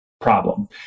problem